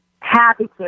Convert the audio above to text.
Happy